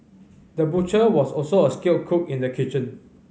the butcher was also a skilled cook in the kitchen